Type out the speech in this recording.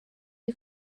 you